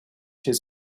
his